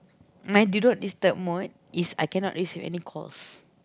my do not disturb mode is I cannot receive any calls